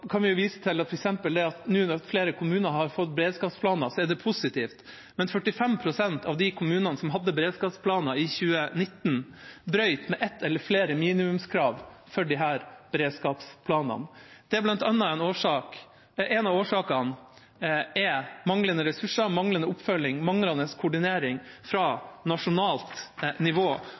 kan vi f.eks. vise til at det er positivt at flere kommuner nå har fått beredskapsplaner, men 45 pst. av de kommunene som hadde beredskapsplaner i 2019, brøt med ett eller flere minimumskrav for disse beredskapsplanene. En av årsakene er manglende ressurser, manglende oppfølging og manglende koordinering fra nasjonalt nivå.